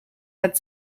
had